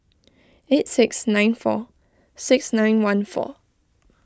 eight six nine four six nine one four